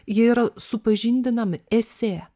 jie yra supažindinami esė